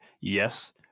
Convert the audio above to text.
Yes